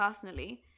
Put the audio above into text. personally